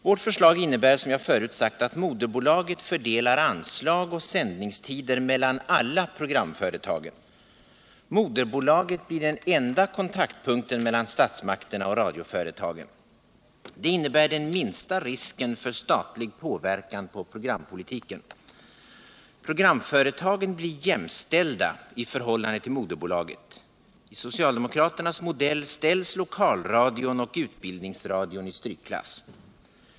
Vårt förslag innebär, som jag förut sagt, att moderbolaget fördelar anslag och sändningstider mellan alla programföretagen. Moderbolaget blir den enda kontaktpunkten mellan statsmakterna och radioföretagen. Det innebär den minsta risken för statlig påverkan på programpolitiken. Programföretagen blir jämställda i förhållande till moderbolaget. I socialdemokraternas modell ställs lokalradion och utbildningsradion i strykklass.